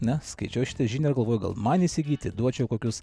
na skaičiau šitą žinią ir galvoju gal man įsigyti duočiau kokius